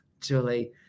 Julie